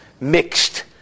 mixed